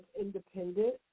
independent